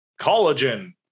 collagen